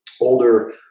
older